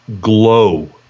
Glow